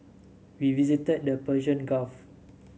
we visited the Persian Gulf